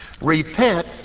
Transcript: Repent